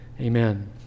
Amen